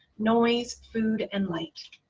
noise, food, and light.